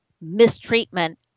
mistreatment